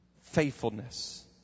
Faithfulness